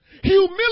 Humility